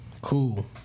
cool